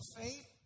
faith